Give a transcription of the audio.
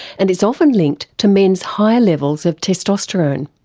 and it's often linked to men's higher levels of testosterone.